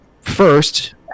first